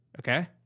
Okay